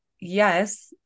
yes